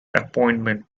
appointment